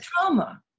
trauma